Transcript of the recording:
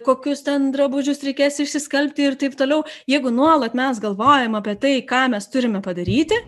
kokius ten drabužius reikės išsiskalbti ir taip toliau jeigu nuolat mes galvojam apie tai ką mes turime padaryti